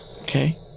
okay